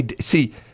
See